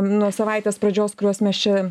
nuo savaitės pradžios kuriuos mes čia